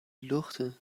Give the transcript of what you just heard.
لخته